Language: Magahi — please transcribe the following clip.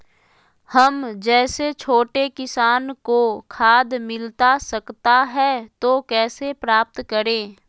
हम जैसे छोटे किसान को खाद मिलता सकता है तो कैसे प्राप्त करें?